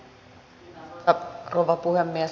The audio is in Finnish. arvoisa rouva puhemies